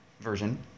version